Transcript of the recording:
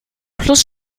plus